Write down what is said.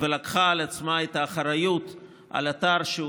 ולקחה על עצמה את האחריות על אתר גבעת התחמושת,